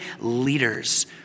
leaders